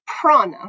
prana